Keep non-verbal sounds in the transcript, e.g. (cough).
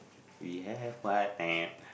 we have what (noise)